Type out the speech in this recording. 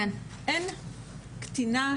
קטינה,